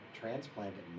transplanted